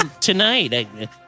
tonight